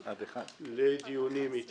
המקצועיות שנדרשות.